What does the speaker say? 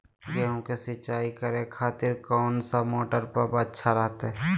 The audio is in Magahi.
गेहूं के सिंचाई करे खातिर कौन सा मोटर पंप अच्छा रहतय?